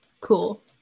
Cool